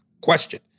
question